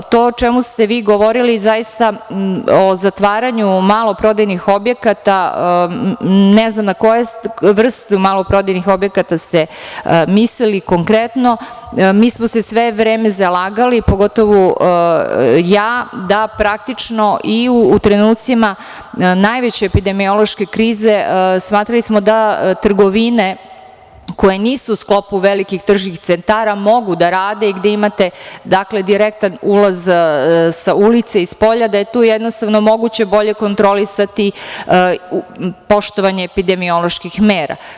To o čemu ste vi govorili o zatvaranju maloprodajnih objekata, ne znam na koje vrste maloprodajnih objekata ste mislili konkretno, mi smo se sve vreme zalagali, pogotovo ja, da praktično i u trenucima najveće epidemiološke krize, smatrali smo da trgovine koje nisu u sklopu velikih tržnih centara, mogu da rade, gde imate direktan ulaz sa ulice i spolja, da je tu jednostavno moguće bolje kontrolisati poštovanje epidemoloških mera.